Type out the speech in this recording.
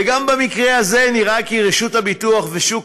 וגם במקרה הזה נראה כי רשות הביטוח ושוק